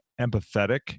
empathetic